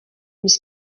mis